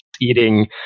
eating